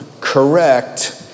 correct